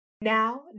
Now